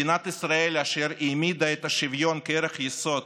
מדינת ישראל, אשר העמידה את השוויון כערך יסוד